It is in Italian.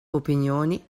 opinioni